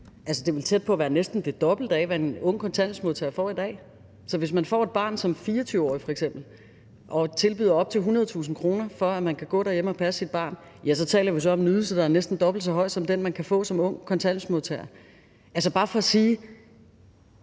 tæt på næsten at være det dobbelte af, hvad en ung kontanthjælpsmodtager får i dag. Så hvis man f.eks. som 24-årig får et barn og bliver tilbudt op til 100.000 kr. for at gå derhjemme og passe sit barn, taler vi om, at den unge får en ydelse, der er næsten dobbelt så høj som den, man kan få som ung kontanthjælpsmodtager. Det er bare for at sige,